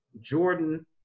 Jordan